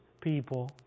people